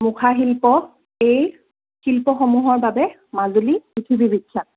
মুখাশিল্প এই শিল্পসমূহৰ বাবে মাজুলী পৃথিৱী বিখ্যাত